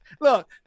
look